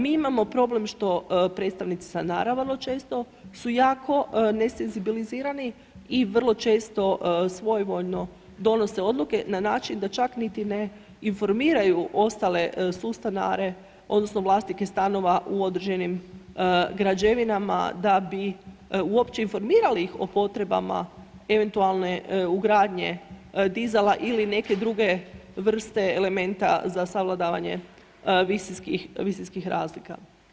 Mi imamo problem što predstavnici stanara vrlo često su jako nesenzibilizirani i vrlo često svojevoljno donose odluke na način da čak niti ne informiraju ostale sustanare, odnosno vlasnike stanova u određenim građevinama da bi uopće informirali ih o potrebama eventualne ugradnje dizala ili neke druge vrste elementa za savladavanje visinskih razlika.